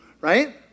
Right